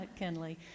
Kenley